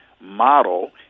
model